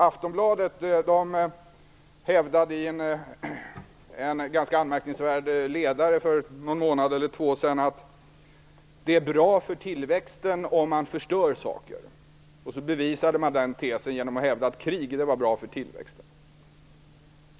Aftonbladet hävdade i en ganska anmärkningsvärd ledare för ett par månader sedan att det är bra för tillväxten om man förstör saker. Den tesen bevisade man genom att hävda att krig var bra för tillväxten.